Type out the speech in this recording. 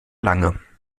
lange